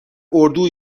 اردو